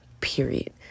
period